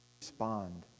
respond